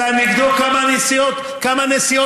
יש דבר